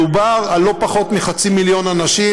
מדובר על לא פחות מחצי מיליון אנשים,